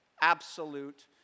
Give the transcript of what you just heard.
absolute